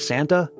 Santa